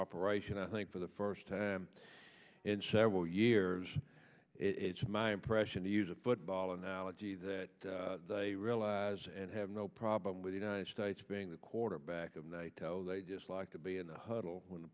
cooperation i think for the first time in several years it's my impression to use a football analogy that they realize and have no problem with united states being the quarterback of night just like to be in the huddle when